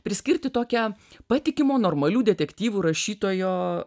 priskirti tokią patikimo normalių detektyvų rašytojo